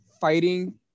fighting